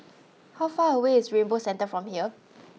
how far away is Rainbow Centre from here